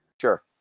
Sure